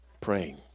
praying